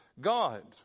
God